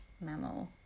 Mammal